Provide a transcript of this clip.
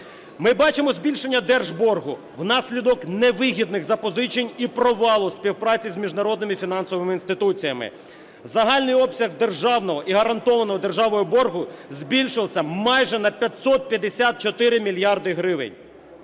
Ми бачимо збільшення держборгу внаслідок невигідних запозичень і провалу співпраці з міжнародними фінансовими інституціями. Загальний обсяг державного і гарантованого державою боргу збільшився майже на 554 мільярди гривень!